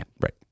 right